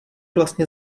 vlastně